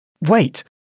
Wait